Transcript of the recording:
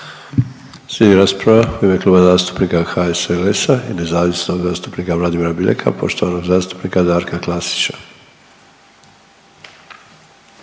Slijedi rasprava u ime Kluba zastupnika HSLS-a i nezavisnog zastupnika Vladimira Bileka, poštovanog zastupnika Darka Klasića.